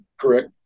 Correct